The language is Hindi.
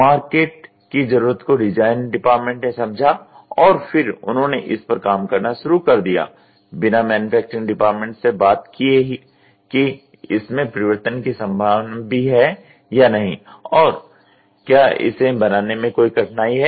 मार्केट की जरुरत को डिज़ाइन डिपार्टमेंट ने समझा और फिर उन्होंने इस पर काम करना शुरू कर दिया बिना मैन्युफैक्चरिंग डिपार्टमेंट से बात किये कि इसमें परिवर्तन कि संभावना भी है या नहीं और क्या इसे बनाने में कोई कठिनाई है